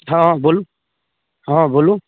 हँ बोलू हँ बोलू